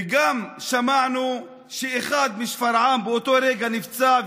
וגם שמענו שאחד משפרעם באותו רגע נפצע,